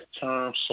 term